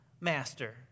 master